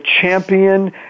champion